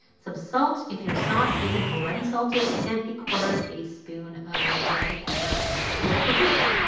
some salt if your sauce isn't already salted, and a quarter teaspoon of red pepper flakes or paprika.